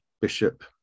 bishop